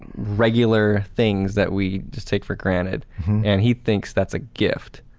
regular things that we just take for granted and he thinks that's a gift.